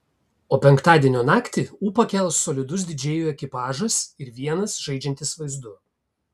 o penktadienio naktį ūpą kels solidus didžėjų ekipažas ir vienas žaidžiantis vaizdu